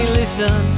listen